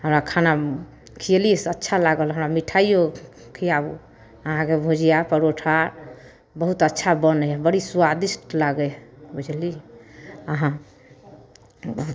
हमरा खाना खिएलिए से अच्छा लागल हमरा मिठाइओ खिआबू अहाँके भुजिआ परौठा बहुत अच्छा बनै हइ बड़ी सुआदिष्ट लागै हइ बुझलिए अहाँ बहुत